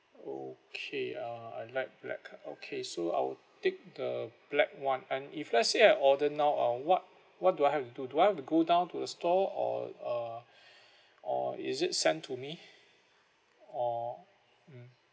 okay uh I like black okay so I will take the black [one] and if let's say I order now uh what what do I have to do I have to go down to the store or uh or is it sent to me or mm